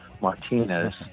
Martinez